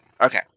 Okay